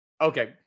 okay